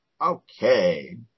Okay